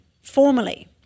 formally